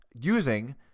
using